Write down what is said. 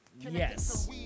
Yes